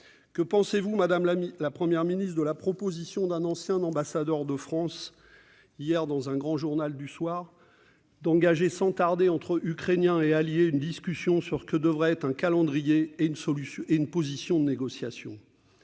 Que pensez-vous, madame la Première ministre, de la proposition d'un ancien ambassadeur de France, dans un grand journal du soir, d'engager sans tarder entre Ukrainiens et alliés une discussion sur ce que devrait être un calendrier et une position de négociation ?